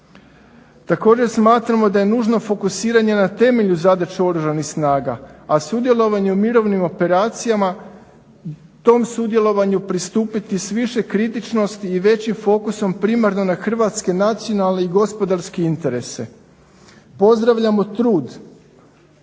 Također smatramo da je nužno fokusiranje na temelju zadaće Oružanih snaga, a sudjelovanje u mirovnim operacijama, tom sudjelovanju pristupiti s više kritičnosti i većim fokusom primarno na hrvatske nacionalne i gospodarske interese. Pozdravljamo trud